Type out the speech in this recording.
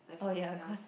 oh ya cause